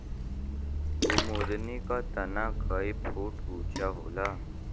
कुमुदनी क तना कई फुट ऊँचा होला